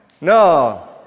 No